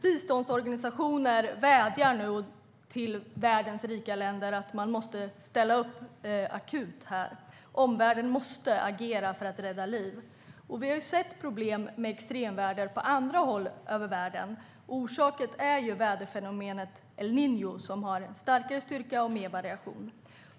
Biståndsorganisationer vädjar nu till världens rika länder om att de måste ställa upp akut. Omvärlden måste agera för att rädda liv. Vi har sett problem med extremväder på andra håll i världen. Orsaken är väderfenomenet El Niño, som har större styrka och mer variation.